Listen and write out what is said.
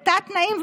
בתת-תנאים,